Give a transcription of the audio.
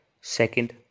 Second